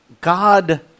God